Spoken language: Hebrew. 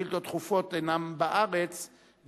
שאילתות דחופות אינם בארץ,